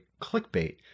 clickbait